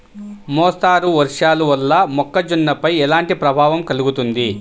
మోస్తరు వర్షాలు వల్ల మొక్కజొన్నపై ఎలాంటి ప్రభావం కలుగుతుంది?